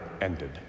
ended